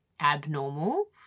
abnormal